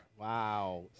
Wow